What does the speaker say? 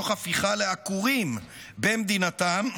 תוך הפיכה לעקורים במדינתם,